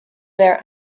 there